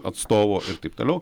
atstovo ir taip toliau